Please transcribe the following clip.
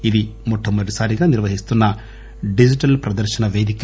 ఇది మొట్టమొదటిసారి నిర్వహిస్తున్న డిజిటల్ ప్రదర్శనా పేదిక